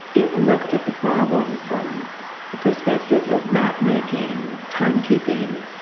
it looked at the problem from the perspective of map-making, timekeeping,